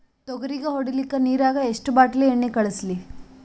ತೊಗರಿಗ ಹೊಡಿಲಿಕ್ಕಿ ನಿರಾಗ ಎಷ್ಟ ಬಾಟಲಿ ಎಣ್ಣಿ ಕಳಸಲಿ?